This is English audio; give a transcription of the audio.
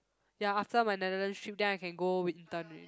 ya after my Netherland's trip then I can go with intern already